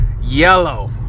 yellow